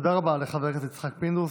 תודה רבה לחבר הכנסת יצחק פינדרוס.